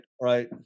right